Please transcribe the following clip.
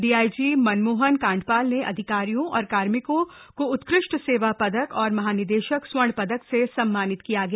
DIG Manmohan Kandpal ने अधिकारियों और कार्मिकों को उत्कृष्ट सेवा पदक और महानिदेशक स्वर्ण पदक से सम्मानित किया गया